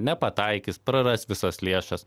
nepataikys praras visas lėšas